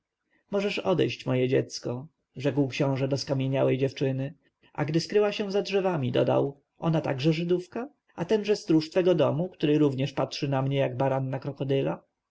możesz odejść moje dziecko rzekł książę do skamieniałej dziewczyny a gdy skryła się za drzewami dodał ona także żydówka a tenże stróż twego domu który również patrzy na mnie jak baran na krokodyla